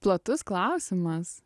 platus klausimas